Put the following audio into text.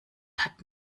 hat